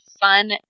fun